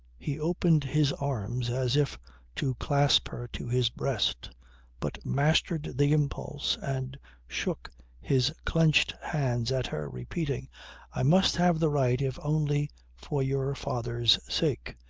he opened his arms as if to clasp her to his breast but mastered the impulse and shook his clenched hands at her, repeating i must have the right if only for your father's sake.